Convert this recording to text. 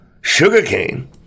Sugarcane